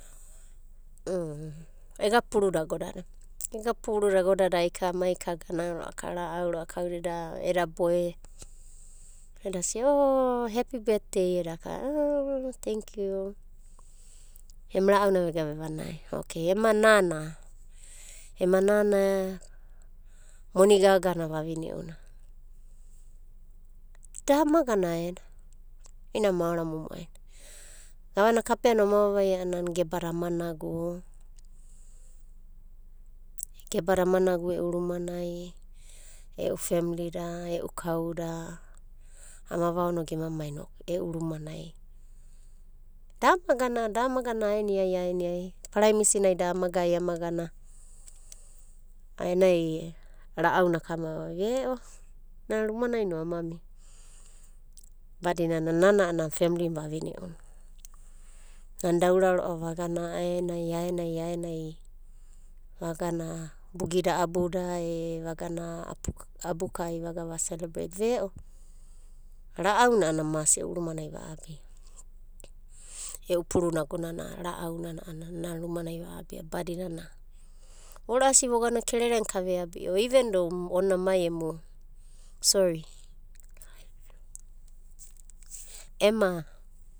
Ega puruda agodada, ega puruda agodada kamai kagana ro'ava ka ra'au kauda eda boe edasia o hepi betdei edaka, o tenkiu, em ra'auna vega vevanai. Okei ema nana, ema nana moni gagana vavaine'una da amagana aena, i'ina maora momo'ai na. Gavana kapea no ama vavaia a'ana gebada ama nagu, gebada ama nagu e'u rumanai, e'u femlida, e'u kauda ama vaonoda gema mai inoku e'u rumanai. Da amaga, da amagana aenai aeniai, paraimisinai da ama gai ama gana aenai ra'auna ama vavaia. Ve'o nana rumanaino ama mia badinana nana a'ana femlina vavive'una. Nana da aura ro'ava vagana aenai vagana bagida abuda e vagana abukai vagana va selabreit. Ve'o ra'auna a'ana mas e'u rumanai va'abia, e'u puruna agonana ra'aunana a'ana rumanai va'abia badinana vora'asi vogana kerere ka veabi'o iven do ona mai emu. Ema.